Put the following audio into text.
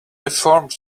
deformed